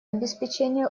обеспечения